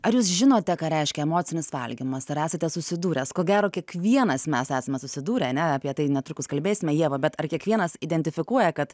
ar jūs žinote ką reiškia emocinis valgymas ar esate susidūręs ko gero kiekvienas mes esame susidūrę ane apie tai netrukus kalbėsime ieva bet ar kiekvienas identifikuoja kad